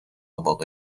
واقع